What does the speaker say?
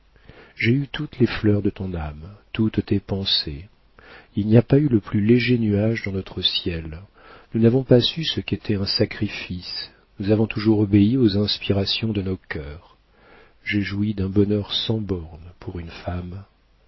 j'ai eu toutes les fleurs de ton âme toutes tes pensées il n'y a pas eu le plus léger nuage dans notre ciel nous n'avons pas su ce qu'était un sacrifice nous avons toujours obéi aux inspirations de nos cœurs j'ai joui d'un bonheur sans bornes pour une femme